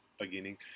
beginning